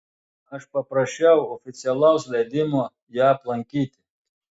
aš paprašiau oficialaus leidimo ją aplankyti